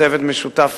צוות משותף